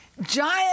giant